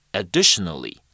additionally